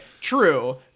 true